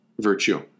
virtue